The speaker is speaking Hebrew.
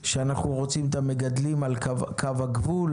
שאנחנו רוצים את המגדלים על קו הגבול,